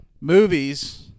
movies